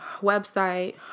website